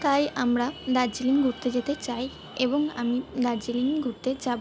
তাই আমরা দার্জিলিং ঘুরতে যেতে চাই এবং আমি দার্জিলিং ঘুরতে যাবো